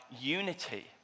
unity